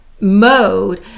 mode